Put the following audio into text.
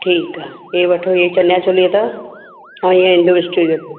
ठीकु आहे ई वठो ई चनिया चोली अथव ऐं हीअ इंडो वेस्टो जो अथव